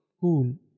cool